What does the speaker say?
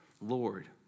Lord